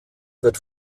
wird